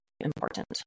important